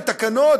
בתקנות,